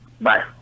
Bye